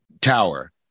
tower